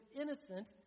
innocent